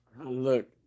Look